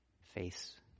face